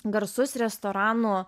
garsus restoranų